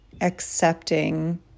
accepting